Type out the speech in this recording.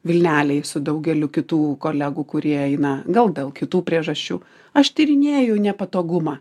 vilnelėj su daugeliu kitų kolegų kurie eina gal dėl kitų priežasčių aš tyrinėju nepatogumą